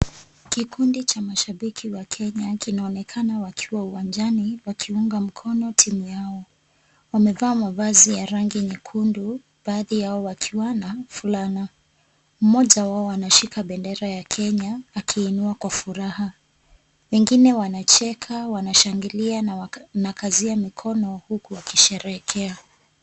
Kikundi cha mashabiki wa Kenya kinaonekana wakiwa uwanjani wakiunga mkono timu yao. Wamevaa mavazi ya rangi nyekundu, baadhi yao wakiwa na fulana. Mmoja wao anashika bendera ya Kenya, akiinua kwa furaha. Wengine wanacheka, wanashangilia na wanakazia mikono huku wakisherehekea.